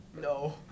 No